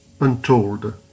untold